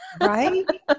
right